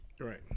Right